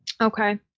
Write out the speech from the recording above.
Okay